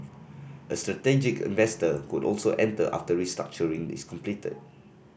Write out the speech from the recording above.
a strategic investor could also enter after restructuring is completed